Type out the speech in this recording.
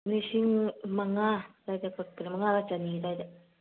ꯂꯤꯁꯤꯡ ꯃꯉꯥ ꯑꯗꯨꯋꯥꯏꯗ ꯀꯛꯄꯗ ꯃꯉꯥꯒ ꯆꯅꯤ ꯑꯗꯨꯋꯥꯏꯗ